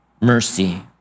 mercy